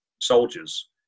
soldiers